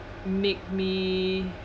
make me